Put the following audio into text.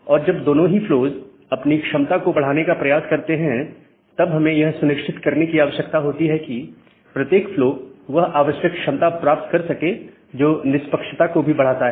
और जब दोनों ही फ्लोज अपनी क्षमता को बढ़ाने का प्रयास करते हैं तब हमें यह सुनिश्चित करने की आवश्यकता होती है कि प्रत्येक फ्लो वह आवश्यक क्षमता प्राप्त कर सके जो निष्पक्षता को भी बढ़ाता है